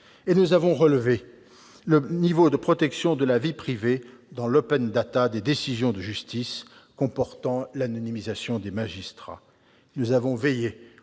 Elle a relevé le niveau de protection de la vie privée dans l'des décisions de justice, comportant l'anonymisation des magistrats. Elle a veillé